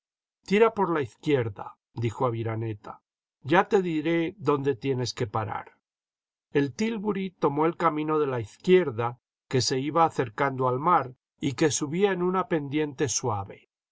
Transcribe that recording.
tira por la izquierda dijo aviraneta ya te diré dónde tienes que parar el tílburi tomó el camino de la izquierda que se iba acercando al mar y que subía en una pendiente suave